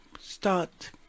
start